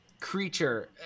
creature